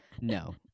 no